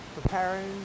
preparing